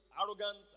arrogant